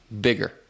bigger